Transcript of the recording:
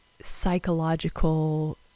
psychological